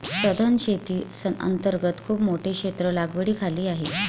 सधन शेती अंतर्गत खूप मोठे क्षेत्र लागवडीखाली आहे